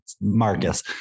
marcus